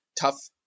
tough